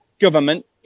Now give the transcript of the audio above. government